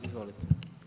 Izvolite.